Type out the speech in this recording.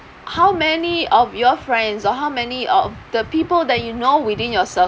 how many of your friends or how many of the people that you know within your circle